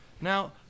Now